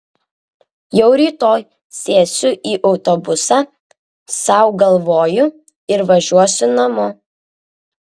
jau rytoj sėsiu į autobusą sau galvoju ir važiuosiu namo